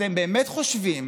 אתם באמת חושבים